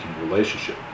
relationship